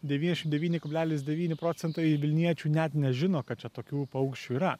devyniasdešim devyni kablelis devyni procentai vilniečių net nežino kad čia tokių paukščių yra